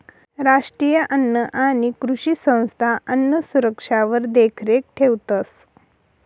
राष्ट्रीय अन्न आणि कृषी संस्था अन्नसुरक्षावर देखरेख ठेवतंस